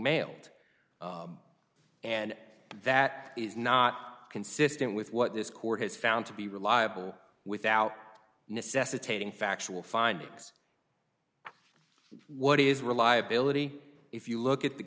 mailed and that is not consistent with what this court has found to be reliable without necessitating factual findings what is reliability if you look at the